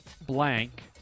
blank